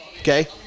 Okay